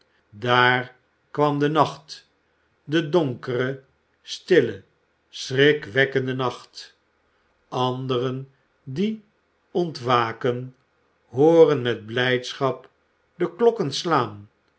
daar kwam de nacht de donkere stille schrikverwekkende nacht anderen die ontwaken hooren met blijdschap de klokken slaan